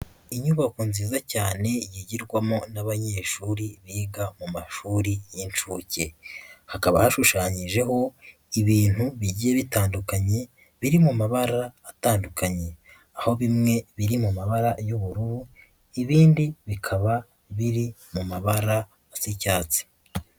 Inyubako nziza cyane yigirwamo n'abanyeshuri biga mu mashuri y'incuke, hakaba hashushanyijeho ibintu bigiye bitandukanye biri mu mabara atandukanye, aho bimwe biri mu mabara y'ubururu ibindi bikaba biri mu mabara asa icyatsi.